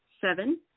seven